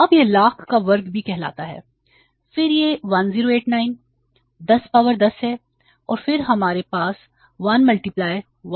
अब यह लाख का वर्ग भी कहलाता है और फिर यह 1089 10 पावर 10 है और फिर हमारे पास १